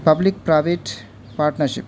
public private partnership